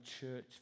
church